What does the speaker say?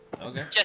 Okay